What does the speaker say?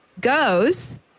goes